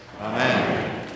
Amen